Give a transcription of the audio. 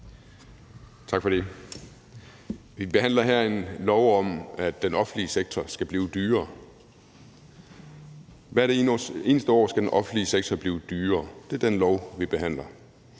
Tak for det. Vi behandler her et lovforslag om, at den offentlige sektor skal blive dyrere. Hvert eneste år skal den offentlige sektor blive dyrere; det er det lovforslag, vi behandler.